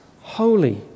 holy